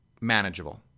manageable